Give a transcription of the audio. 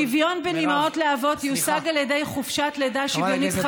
שוויון בין אימהות לאבות יושג על ידי חופשת לידה שוויונית,